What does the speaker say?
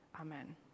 Amen